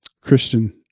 Christian